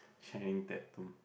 Chang tattoo